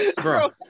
Bro